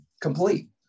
complete